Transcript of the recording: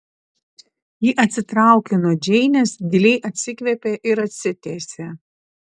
ji atsitraukė nuo džeinės giliai atsikvėpė ir atsitiesė